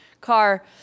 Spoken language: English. car